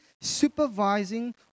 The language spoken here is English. supervising